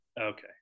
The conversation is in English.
Okay